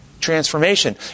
Transformation